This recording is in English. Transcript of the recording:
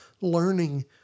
learning